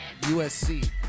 USC